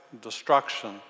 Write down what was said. destruction